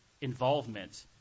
involvement